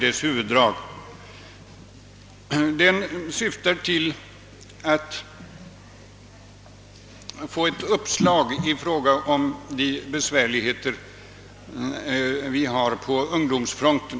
Den vill ge ett uppslag till hur man skall komma till rätta med de besvärligheter vi har på ungdomsfronten.